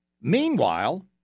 meanwhile